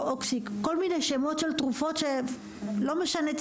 כל מיני שמות של תרופות שלא משנה,